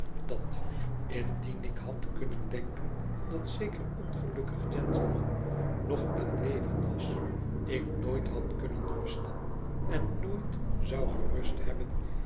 dat indien ik had kunnen denken dat zeker ongelukkig gentleman nog in leven was ik nooit had kunnen rusten en nooit zou gerust hebben